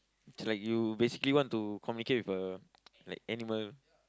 it's like you basically want to communicate with uh like animal